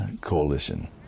coalition